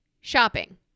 shopping